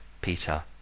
peter